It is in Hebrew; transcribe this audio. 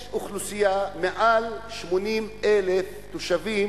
יש אוכלוסייה של מעל 80,000 תושבים